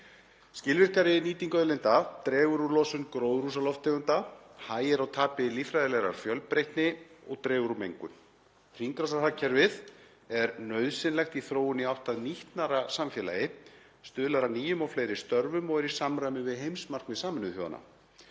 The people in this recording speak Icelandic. Skilvirkari nýting auðlinda dregur úr losun gróðurhúsalofttegunda, hægir á tapi líffræðilegrar fjölbreytni og dregur úr mengun. Hringrásarhagkerfið er nauðsynlegt í þróun í átt að nýtnara samfélagi, stuðlar að nýjum og fleiri störfum og er í samræmi við heimsmarkmið Sameinuðu þjóðanna.